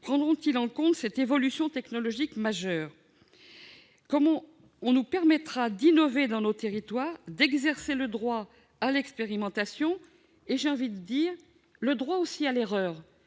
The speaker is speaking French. prendront-ils en compte cette évolution technologique majeure ? On nous permettra d'innover dans nos territoires, d'exercer le droit à l'expérimentation, ainsi que le droit à l'erreur.